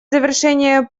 завершения